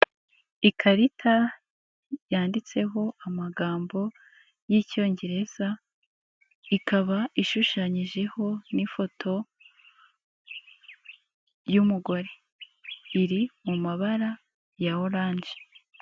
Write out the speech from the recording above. Ikarita yanditseho amagambo y'icyongereza, ikaba ishushanyijeho n'ifoto y'umugore, iri mu mabara ya oranje.